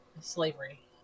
slavery